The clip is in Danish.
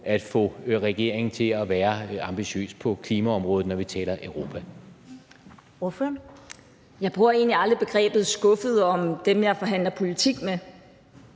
at få regeringen til at være ambitiøse på klimaområdet, når vi taler Europa?